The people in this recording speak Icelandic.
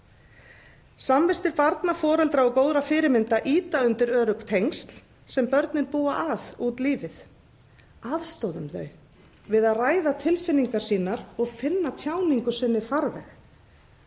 Samvistir barna, foreldra og góðra fyrirmynda ýta undir örugg tengsl sem börnin búa að út lífið. Aðstoðum þau við að ræða tilfinningar sínar og finna tjáningu sinni farveg.